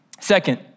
Second